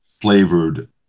flavored